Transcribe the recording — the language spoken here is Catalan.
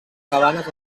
cabanes